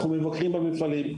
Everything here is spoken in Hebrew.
אנחנו מבקרים במפעלים,